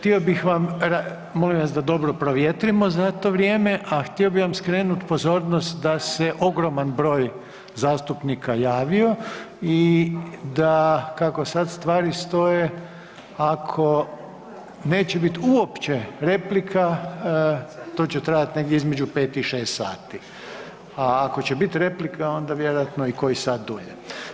Htio bih vam, molim vas da dobro provjetrimo za to vrijeme, a htio bi vam skrenut pozornost da se ogroman broj zastupnika javio i da kako sad stvari stoje ako neće bit uopće replika to će trajat negdje između 5 i 6 sati, a ako će bit replika onda vjerojatno i koji sat dulje.